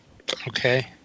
Okay